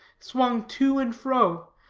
swung to and fro,